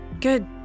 good